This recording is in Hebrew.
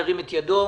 ירים את ידו.